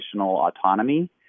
autonomy